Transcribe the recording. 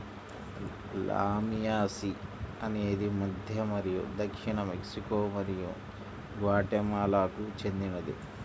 లామియాసి అనేది మధ్య మరియు దక్షిణ మెక్సికో మరియు గ్వాటెమాలాకు చెందినది